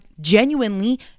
genuinely